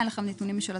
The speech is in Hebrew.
אין לכם נתונים משלכם?